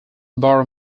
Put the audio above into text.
borrow